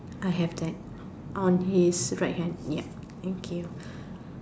I have that on his right hand ya thank you